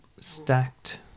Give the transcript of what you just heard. stacked